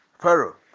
Pharaoh